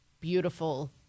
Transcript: beautiful